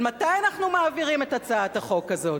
אבל מתי אנחנו מעבירים את הצעת החוק הזאת?